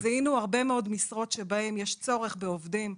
זיהינו הרבה מאוד משרות שבהן יש צורך בעובדים.